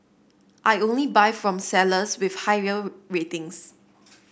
I only buy from sellers with high ratings